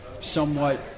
somewhat